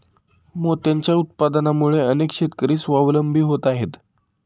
मोत्यांच्या उत्पादनामुळे अनेक शेतकरी स्वावलंबी होत आहेत